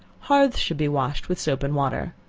hearths should be washed with soap and water.